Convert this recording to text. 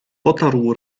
potarł